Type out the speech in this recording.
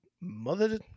Mother